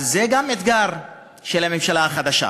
אז גם זה אתגר של הממשלה החדשה.